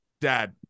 Dad